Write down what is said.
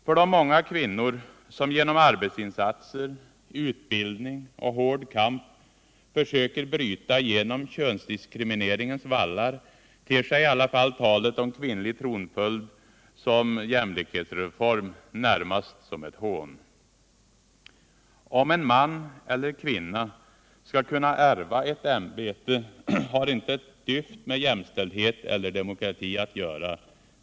För de många kvinnor som genom arbetsinsatser, utbildning och hård kamp försöker bryta igenom könsdiskrimineringens vallar ter sig i alla fall talet om kvinnlig tronföljd som jämlikhetsreförm närmast som ett hån. Om en man eller en kvinna skall kunna ärva ett ämbete har inte ett dyft med jämställdhet eller demokrati att göra.